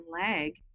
lag